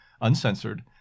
uncensored